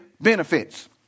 benefits